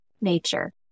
nature